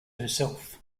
herself